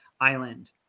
Island